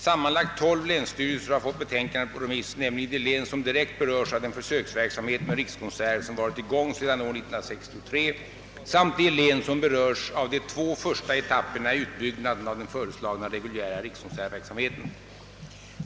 Sammanlagt 12 länsstyrelser har fått betänkandet på remiss, nämligen i de län som direkt berörts av den försöksverksamhet med rikskonserter som varit i gång sedan år 1963 samt de län som berörs av de två första etapperna i utbyggnaden av den föreslagna reguljära rikskonsertverksamheten.